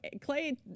Clay